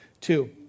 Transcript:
Two